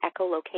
echolocation